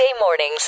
mornings